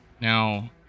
Now